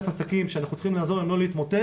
עסקים שאנחנו צריכים לעזור להם לא להתמוטט,